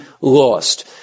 lost